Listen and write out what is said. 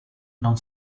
non